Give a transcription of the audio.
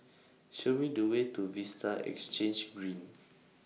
Show Me The Way to Vista Exhange Green